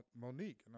Monique